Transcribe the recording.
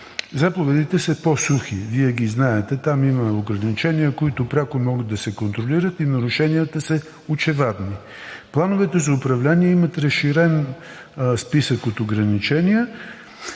Заповедите са по-сухи, Вие ги знаете. Там има ограничения, които пряко могат да се контролират, и нарушенията са очевадни. Плановете за управление имат разширен списък от ограничения,